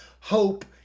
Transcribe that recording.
hope